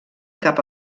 cap